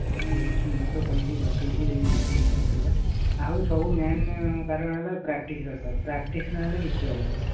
ହେଉ ଠିକ୍ ଅଛି ମୁଁ ତ କହିବି ଡକାଇବି ଏଇ ମିଟିଙ୍ଗ୍ ଗୋଟେ କରିବା ଆଉ ସବୁ ମେନ୍ କାରଣ ହେଲା ପ୍ରାକ୍ଟିସ୍ ଦରକାର ପ୍ରାକ୍ଟିସ୍ ନେହେଲେ କିଛି ହେବନି